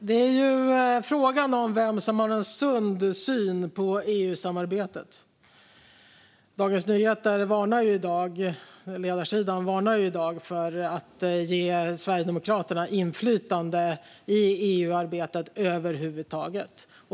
Fru talman! Frågan är vem som har en sund syn på EU-samarbetet. Dagens Nyheters ledarsida varnar i dag för att ge Sverigedemokraterna inflytande i EU-arbetet över huvud taget.